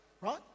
right